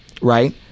right